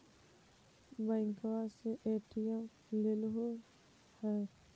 बैंकवा से ए.टी.एम लेलहो है?